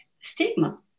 stigma